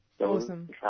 Awesome